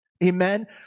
Amen